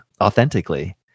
authentically